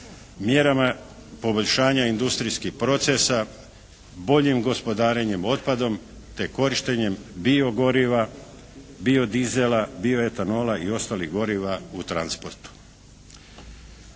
mjerama poboljšanja industrijskih procesa, boljim gospodarenjem otpadom, te korištenjem biogoriva, biodizela, bioetenola i ostalih goriva u transportu.